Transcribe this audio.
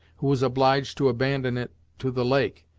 who was obliged to abandon it to the lake,